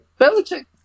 Belichick